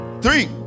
three